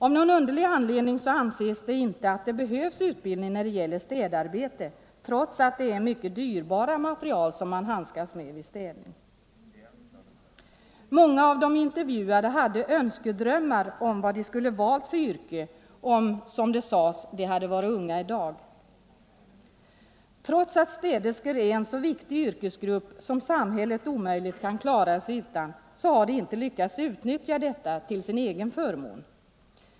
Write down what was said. Av någon underlig anledning anses det inte att det 13 november 1974 behövs utbildning när det gäller städarbete, trots att det är mycket dyrbar. I materiel som man handskas med vid städning. De privata städbo Många av de intervjuade hade önskedrömmar om vilket yrke de skulle lagen ha valt, om de, som det sades, hade varit unga i dag. Trots att städerskorna utgör en så viktig yrkesgrupp, en yrkesgrupp som samhället omöjligt kan klara sig utan, har de inte lyckats utnyttja detta till egen förmån.